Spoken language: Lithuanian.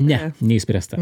ne neišspręsta